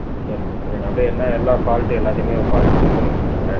ம் சரிண்ணே சரிண்ணே அப்படியே என்ன என்ன ஃபால்ட்டு எல்லாத்தையுமே பார்த்து செக் பண்ணி கொடுத்துருங்க